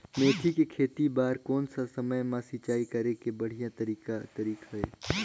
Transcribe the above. मेथी के खेती बार कोन सा समय मां सिंचाई करे के बढ़िया तारीक हे?